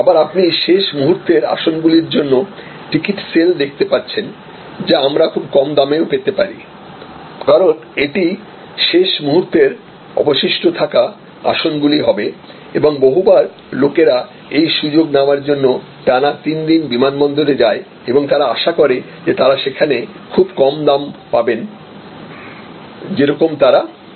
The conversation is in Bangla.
আবার আপনি শেষ মুহুর্তের আসনগুলির জন্য টিকিট সেল দেখতে পাচ্ছেন যা আমরা খুব কম দামেও পেতে পারি কারণ এটি শেষ মুহুর্তের অবশিষ্ট থাকা আসনগুলি হবে এবং বহুবার লোকেরা এই সুযোগ নেবার জন্য টানা 3 দিন বিমানবন্দরে যায় এবং তারা আশা করে যে তারা সেখানে খুব কম দাম পাবেনযেরকম তারা চাইছেন